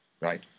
right